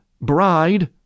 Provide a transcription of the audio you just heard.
bride